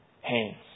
hands